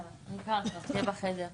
מי בעד טענת נושא חדש?